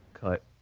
Cut